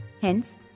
Hence